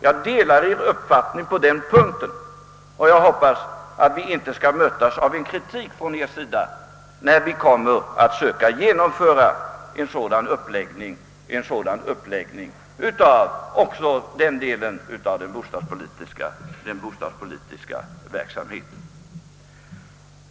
Jag delar där er uppfattning och hoppas att vi inte skall mötas av kritik från er, när vi försöker genomföra en sådan uppläggning också av den delen av den bostadspolitiska verksamheten.